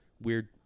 weird